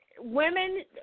women